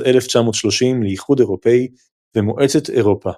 1930 ל"איחוד אירופי" ו"מועצת אירופה".